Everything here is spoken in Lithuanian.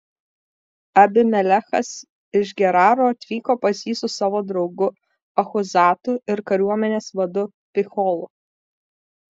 abimelechas iš geraro atvyko pas jį su savo draugu achuzatu ir kariuomenės vadu picholu